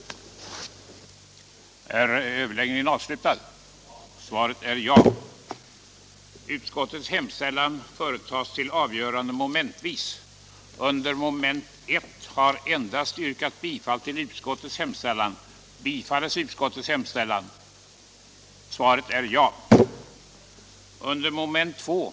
| Ett nytt sjömät ningsfartyg Ett nytt sjömätningsfartyg